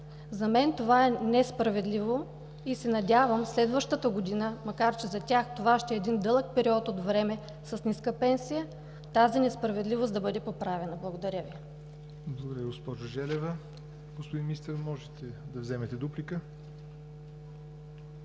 За мен това е несправедливо и се надявам следващата година, макар че за тях това ще е един дълъг период от време с ниска пенсия, тази несправедливост да бъде поправена. Благодаря Ви. ПРЕДСЕДАТЕЛ ЯВОР НОТЕВ: Благодаря, госпожо Желева. Господин Министър, можете да вземете дуплика.